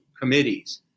committees